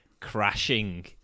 crashing